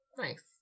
Nice